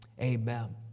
Amen